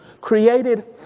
Created